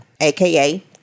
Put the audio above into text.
aka